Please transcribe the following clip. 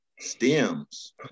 stems